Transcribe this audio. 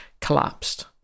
collapsed